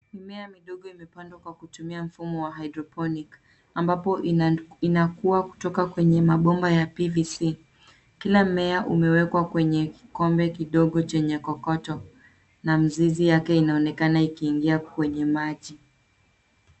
Mimea midogo imepandwa kwa kutumia mfumo wa hydroponic ambapo inakua kutoka kwenye mabomba ya PVC . Kila mmea umewekwa kwenye kikombe kidogo chenye kokoto, na mizizi yake inaonekana ikiingia kwenye maji.